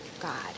God